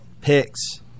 picks